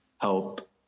help